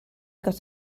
got